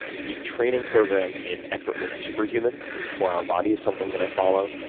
the training program in effortless superhuman, in the four hour body is something that i follow,